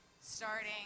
starting